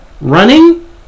running